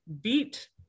beat